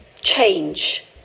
change